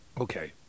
Okay